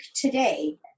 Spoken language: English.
today